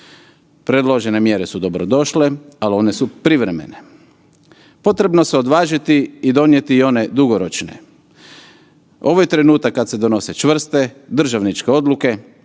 Predložene mjere su dobrodošle, ali one su privremen. Potrebno se odvažiti i donijeti i one dugoročne. Ovo je trenutak kada se donose čvrste državničke odluke,